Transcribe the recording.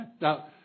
Now